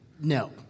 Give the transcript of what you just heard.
No